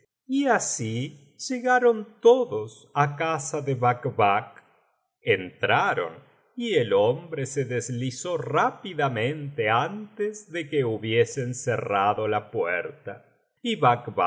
y así llegaron todos á casa de bacbac entraron y el hombre se deslizó rápidamente antes de que hubiesen cerrado la puerta